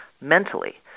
mentally